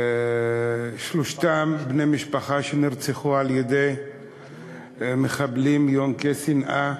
שלושתם בני משפחה שנרצחו על-ידי מחבלים יונקי שנאה,